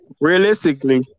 realistically